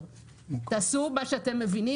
תעשו מה שאתם מבינים,